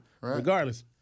Regardless